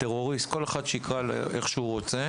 טרוריסט כל אחד שיקרא לזה איך שהוא רוצה